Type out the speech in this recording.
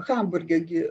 hamburge gi